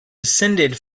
descended